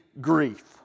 grief